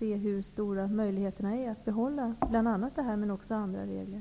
med hur stora möjligheterna är att behålla denna och även andra regler?